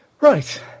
right